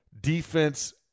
defense –